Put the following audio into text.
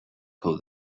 call